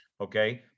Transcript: okay